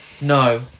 no